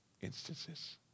instances